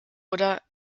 oder